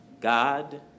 God